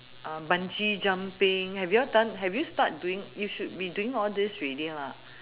bungee jumping have you all done have you start doing you should be doing all these ready